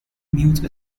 mute